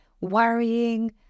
worrying